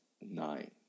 nine